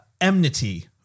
enmity